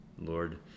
Lord